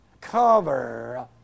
cover